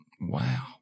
Wow